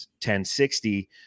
1060